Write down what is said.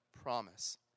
promise